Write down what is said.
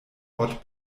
ort